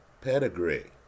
pedigree